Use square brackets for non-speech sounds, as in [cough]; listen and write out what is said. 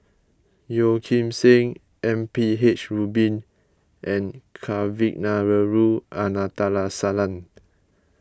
Yeo Kim Seng M P H Rubin and Kavignareru [unintelligible]